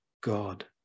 God